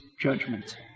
judgment